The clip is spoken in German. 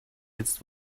jetzt